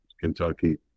Kentucky